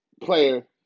player